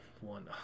one